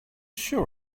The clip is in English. sure